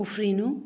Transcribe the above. उफ्रिनु